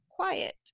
quiet